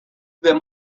them